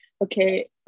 okay